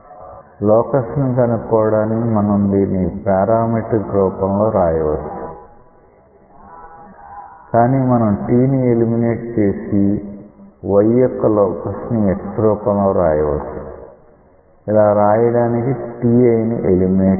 locus ని కనుక్కోవడానికి మనం దీన్ని పారామెట్రిక్ రూపం లో వ్రాయవచ్చు కానీ మనం t ని ఎలిమినేట్ చేసి y యొక్క లోకస్ ని x రూపంలో వ్రాయవచ్చు ఇలా వ్రాయడానికి ti ని ఎలిమినేట్ చెయ్యాలి